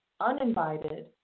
uninvited